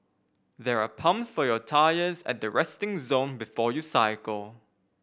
there are pumps for your tyres at the resting zone before you cycle